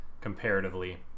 comparatively